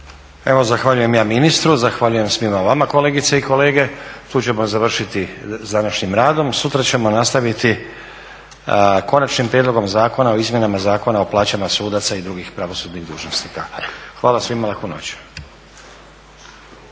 Evo zahvaljujem ja ministru, zahvaljujem svima vama kolegice i kolege. Tu ćemo završiti sa današnjim radom. Sutra ćemo nastaviti sa Konačnim prijedlogom Zakona o izmjenama Zakona o plaćama sudaca i drugih pravosudnih dužnosnika. Hvala svima, laku noć.